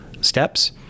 steps